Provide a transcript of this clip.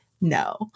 no